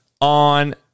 on